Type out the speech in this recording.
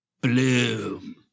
Bloom